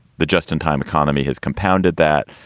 the just-in-time economy has compounded that.